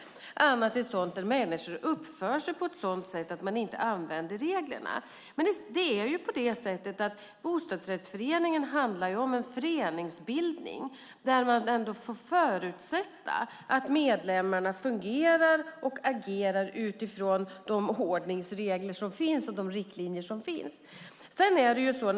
Annat är fall där människor uppför sig på ett sådant sätt att man inte använder reglerna. Bostadsrättsföreningen handlar om en föreningsbildning, där man får förutsätta att medlemmarna fungerar och agerar utifrån de ordningsregler och riktlinjer som finns.